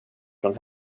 från